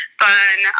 fun